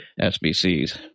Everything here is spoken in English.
SBCs